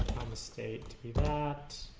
a state that,